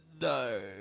No